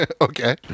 Okay